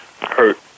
hurt